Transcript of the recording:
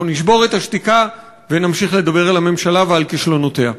אנחנו נשבור את השתיקה ונמשיך לדבר על הממשלה ועל כישלונותיה.